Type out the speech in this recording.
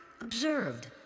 observed